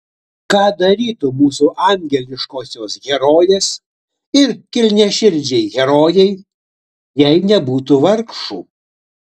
ką darytų mūsų angeliškosios herojės ir kilniaširdžiai herojai jei nebūtų vargšų